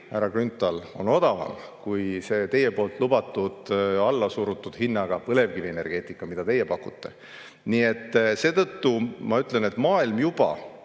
härra Grünthal, on odavam kui see teie poolt lubatud allasurutud hinnaga põlevkivienergeetika, mida teie pakute. Seetõttu ma ütlen, et maailm juba,